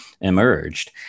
emerged